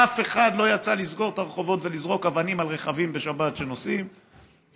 אף אחד לא יצא לסגור את הרחובות ולזרוק אבנים על כלי רכב שנוסעים בשבת,